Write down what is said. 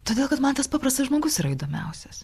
todėl kad man tas paprastas žmogus yra įdomiausias